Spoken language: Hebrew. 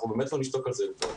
אנחנו באמת לא נשתוק על זה יותר.